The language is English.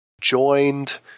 joined